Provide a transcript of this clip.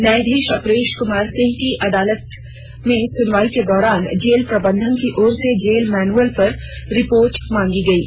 न्यायधीश अपरेश कुमार सिंह की अदालत में सुनवाई के दौरान जेल प्रबंधन की ओर से जेल मैन्युअल पर रिपोर्ट सौंपी गयी